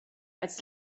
als